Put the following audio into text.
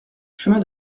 chemin